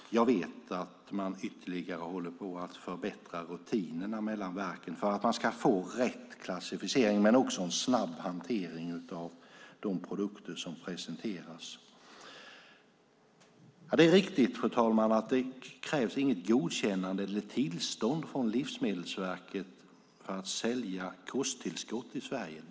Jag vet att man håller på att ytterligare förbättra rutinerna mellan verken för att man ska få rätt klassificering men också en snabb hantering av de produkter som presenteras. Det är riktigt, fru talman, att det inte krävs något godkännande eller tillstånd från Livsmedelsverket för att sälja kosttillskott i Sverige.